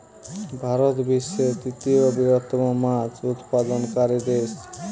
ভারত বিশ্বের তৃতীয় বৃহত্তম মাছ উৎপাদনকারী দেশ